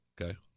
okay